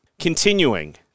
Continuing